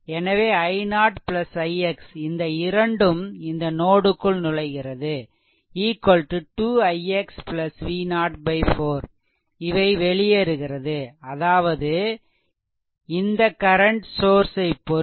எனவே i0 ix இந்த இரண்டும் இந்த நோடுக்குள் நுழைகிறது 2 ix V0 4இவை வெளியேறுகிறது அதாவது இந்த கரண்ட் சோர்ஸ் ஐ பொருத்து